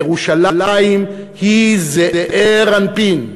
ירושלים היא זעיר אנפין,